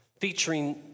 featuring